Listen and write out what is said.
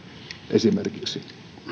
esimerkiksi